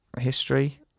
history